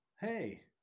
Hey